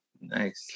Nice